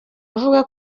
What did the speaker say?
avuga